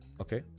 Okay